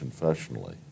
confessionally